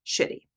shitty